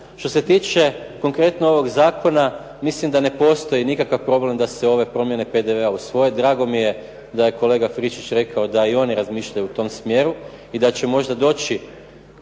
što se tiče konkretno ovog zakona, mislim da ne postoji nikakav problem da se ove promjene PDV-a usvoje. Drago mi je da je kolega Friščić rekao da i oni razmišljaju u tom smjeru i da će možda doći